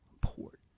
Port